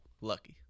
Lucky